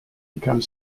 become